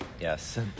yes